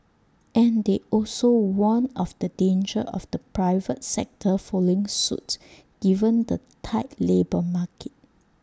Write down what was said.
and they also warned of the danger of the private sector following suit given the tight labour market